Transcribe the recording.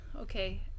Okay